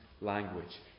language